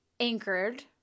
anchored